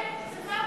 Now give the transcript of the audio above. לעשות את העבודה.